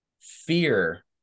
fear